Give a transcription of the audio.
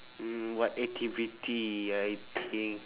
mm what activity I think